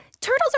turtles